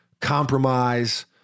compromise